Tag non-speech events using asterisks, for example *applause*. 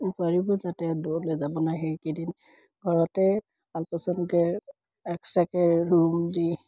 *unintelligible* যাতে দৌৰলৈ যাব নোৱাৰে সেইকেইদিন ঘৰতে আলপৈচানকৈ এক্সট্ৰাকৈ ৰুম দি